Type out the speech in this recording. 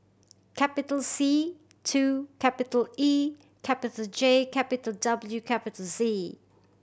capital C two capital E capital J capital W capital Z